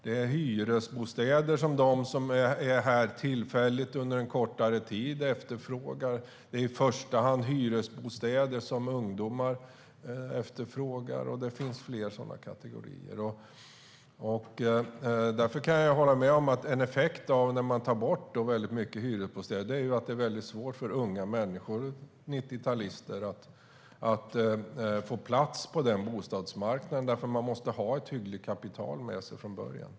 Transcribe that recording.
Det är hyresbostäder som de som är här tillfälligt under en kortare tid efterfrågar. Det är i första hand hyresbostäder som ungdomar efterfrågar. Det finns fler sådana kategorier. Därför kan jag hålla med om att en effekt när man tar bort många hyresbostäder är att det blir svårt för unga människor - 90-talister - att få plats på bostadsmarknaden. Man måste ha ett hyggligt kapital med sig från början.